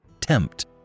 tempt